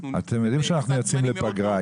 אתם יודעים שאנחנו יוצאים לפגרה,